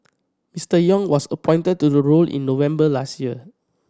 Mister Yong was appointed to the role in November last year